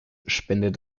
spendet